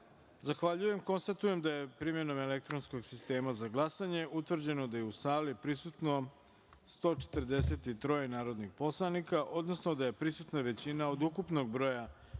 jedinice. Zahvaljujem. Konstatujem da je primenom elektronskog sistema za glasanje utvrđeno da su u sali prisutna 143 narodna poslanika, odnosno da je prisutna većina od ukupnog broja